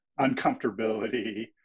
uncomfortability